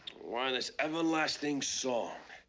why this everlasting song?